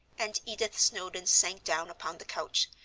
and edith snowdon sank down upon the couch,